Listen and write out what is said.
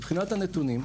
מבחינת הנתונים,